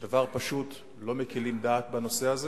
דבר פשוט, ולא מקלים ראש בנושא הזה